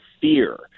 fear